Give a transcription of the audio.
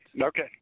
Okay